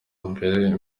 mbere